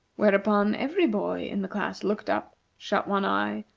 whereupon every boy in the class looked up, shut one eye,